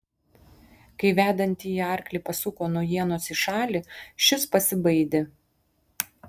kai vedantįjį arklį pasuko nuo ienos į šalį šis pasibaidė